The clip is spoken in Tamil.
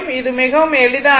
இது மிகவும் எளிதானது